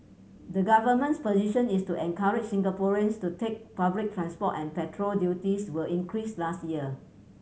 the government's position is to encourage Singaporeans to take public transport and petrol duties were increased last year